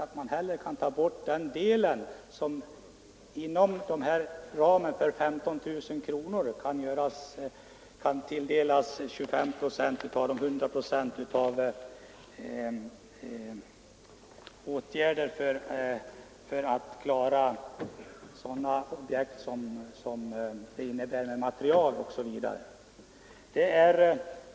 Jag menar därmed inte att man inom ramen för dessa 15 000 kronor inte skulle få räkna in materialkostnader, administrationskostnader osv.